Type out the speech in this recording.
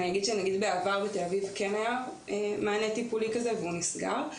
אני אגיד שבעבר בתל אביב כן היה מענה טיפולי כזה והוא נסגר.